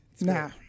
Nah